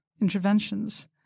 interventions